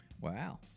Wow